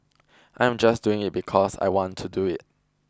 I am just doing it because I want to do it